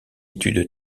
étude